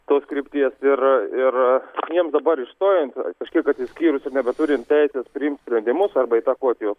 tos krypties ir ir jiems dabar išstojant kažkiek atsiskyrus ir nebeturint teisės priimt sprendimus arba įtakot juos